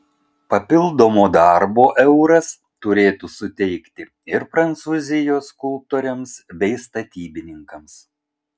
papildomo darbo euras turėtų suteikti ir prancūzijos skulptoriams bei statybininkams